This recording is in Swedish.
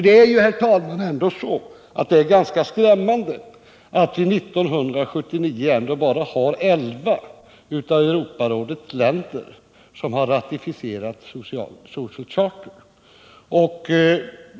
Det är ju, herr talman, ganska skrämmande att år 1979 bara elva av Europarådets medlemsländer har ratificerat Social Charter.